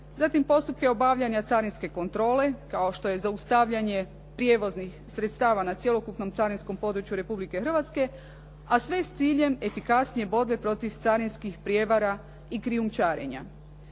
zatim postupke obavljanja carinske kontrole kao što je zaustavljanje prijevoznih sredstava na cjelokupnom carinskom području Republike Hrvatske, a sve s ciljem efikasnije borbe protiv carinskih prijevara i krijumčarenja.